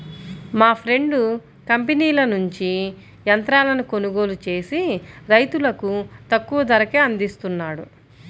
మా ఫ్రెండు కంపెనీల నుంచి యంత్రాలను కొనుగోలు చేసి రైతులకు తక్కువ ధరకే అందిస్తున్నాడు